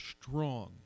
strong